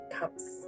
cups